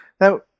now